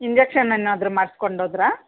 injection ಏನಾದರು ಮಾಡ್ಸ್ಕೊಂಡು ಹೋದ್ರಾ